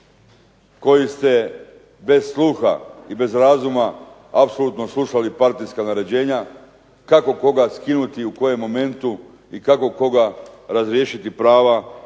koji ste bez sluha i bez razuma apsolutno slušali partijska naređenja kako koga skinuti, u kojem momentu i kako koga razriješiti prava